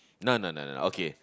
no no no no okay